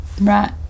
right